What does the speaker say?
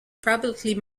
publicly